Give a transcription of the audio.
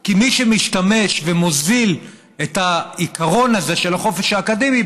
כי מי שמשתמש ומוזיל את העיקרון הזה של החופש האקדמי,